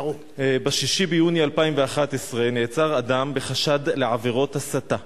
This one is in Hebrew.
ב-6 ביוני 2011 נעצר אדם בחשד לעבירות הסתה.